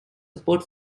support